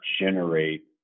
generate